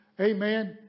amen